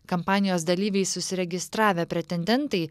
kampanijos dalyviais užsiregistravę pretendentai